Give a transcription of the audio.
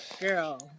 girl